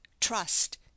trust